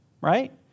right